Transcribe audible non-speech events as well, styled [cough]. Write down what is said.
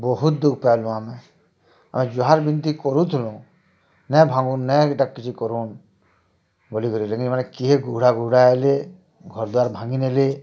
ବହୁତ ଦୁଃଖ ପାଇଲୁ ଆମେ ଆମେ ଜୁହାର ବୀନିତି କରୁଥିଲୁ ନାଇଁ ଭାଙ୍ଗୁନ୍ ନାଇଁ ଏଇଟା କିଛି କରୁନ୍ ବୋଲିକରି [unintelligible] ହେଲେ ଘର ଦ୍ଵାର ଭାଙ୍ଗି ନେଲେ